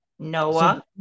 Noah